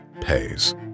pays